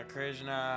Krishna